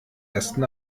ersten